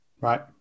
Right